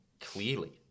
Clearly